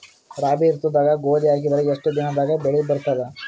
ರಾಬಿ ಋತುದಾಗ ಗೋಧಿ ಹಾಕಿದರ ಎಷ್ಟ ದಿನದಾಗ ಬೆಳಿ ಬರತದ?